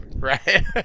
Right